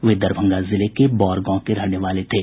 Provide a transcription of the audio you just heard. वे दरभंगा जिले के बौर गांव के रहने वाले थे